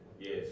yes